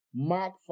Mark